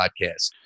podcast